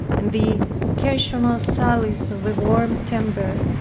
and the occasional sallies of a warm temper,